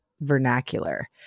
vernacular